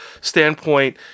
standpoint